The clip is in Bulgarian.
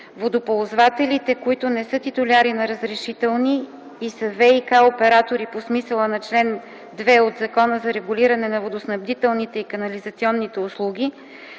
Водоползвателите, които не са титуляри на разрешителни и са ВиК оператори по смисъла на чл. 2 от Закона за регулиране на водоснабдителните и канализационните услуги,